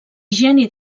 geni